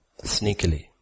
Sneakily